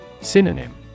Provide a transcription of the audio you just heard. Synonym